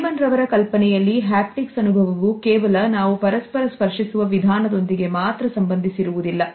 Simon ರವರ ಕಲ್ಪನೆಯಲ್ಲಿಹ್ಯಾಪ್ಟಿಕ್ಸ್ಅನುಭವವು ಕೇವಲ ನಾವು ಪರಸ್ಪರ ಸ್ಪರ್ಶಿಸುವ ವಿಧಾನದೊಂದಿಗೆ ಮಾತ್ರ ಸಂಬಂಧಿಸಿರುವುದಿಲ್ಲ